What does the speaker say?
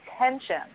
attention